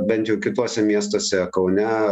bent jau kituose miestuose kaune